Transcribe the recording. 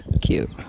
cute